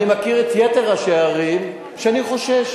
אני מכיר את יתר ראשי הערים, אני חושש.